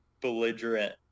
belligerent